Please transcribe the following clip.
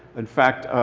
in fact,